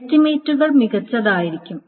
എസ്റ്റിമേറ്റുകൾ മികച്ചതായിരിക്കും